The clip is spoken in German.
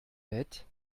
bett